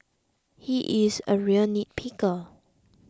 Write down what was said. he is a real nitpicker